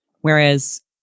Whereas